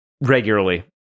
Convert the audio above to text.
Regularly